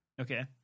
okay